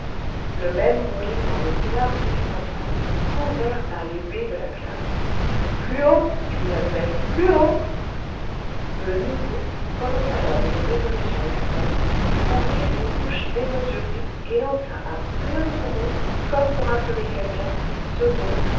le même bredouillement de syllabes se fit entendre couvert par les huées de la classe plus haut cria le maître plus haut le nouveau prenant alors une résolution extrême ouvrit une bouche démesurée et lança à pleins poumons comme pour appeler quelqu'un ce mot